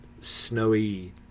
snowy